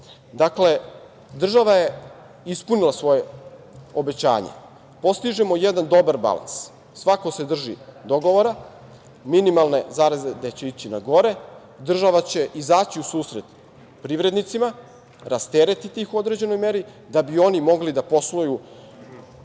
godinu. Država je ispunila svoje obećanje. Postižemo jedan dobar balans. Svako se drži dogovora. Minimalne zarade će ići na gore. Država će izaći u susret privrednicima, rasteretiti ih u određenoj meri da bi oni mogli da posluju